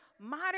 modern